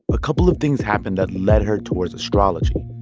a couple of things happened that led her towards astrology.